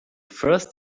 first